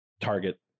target